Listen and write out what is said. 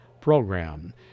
program